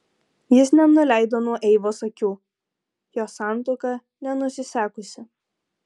jis nenuleido nuo eivos akių jos santuoka nenusisekusi